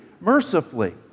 mercifully